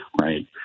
right